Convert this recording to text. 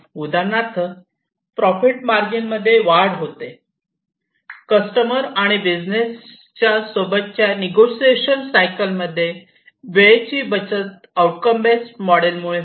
उदाहरणार्थ profit margin मध्ये वाढ होते कस्टमर आणि बिझनेसच्या सोबतच्या निगोसिएशन सायकल मध्ये वेळेची बचत आउटकम बेस्ट मोडेल मुळे होते